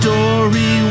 story